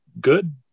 good